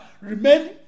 remain